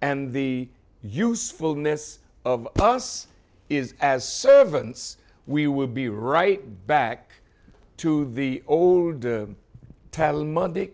and the usefulness of us is as servants we will be right back to the old tattling monday